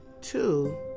Two